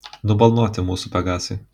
nubalnoti mūsų pegasai